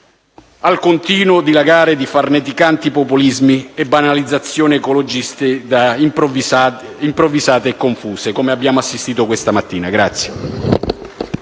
al continuo dilagare di farneticanti populismi e alle banalizzazioni ecologiste improvvisate e confuse come quelle cui abbiamo assistito questa mattina.